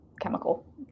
chemical